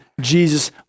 jesus